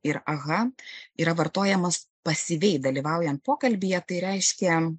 ir aha yra vartojamas pasyviai dalyvaujant pokalbyje tai reiškia